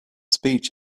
speech